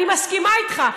אני מסכימה איתך.